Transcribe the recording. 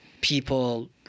people